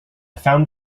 found